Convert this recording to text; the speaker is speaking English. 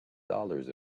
dollars